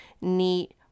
neat